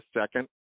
second